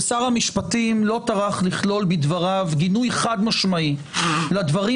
ששר המשפטים לא טרח לכלול בדבריו גינוי חד-משמעי לדברים